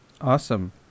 Awesome